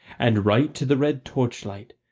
and right to the red torchlight,